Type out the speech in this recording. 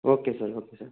okay sir okay sir